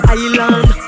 island